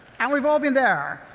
and we've all been there.